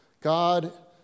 God